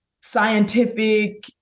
scientific